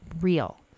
real